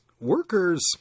workers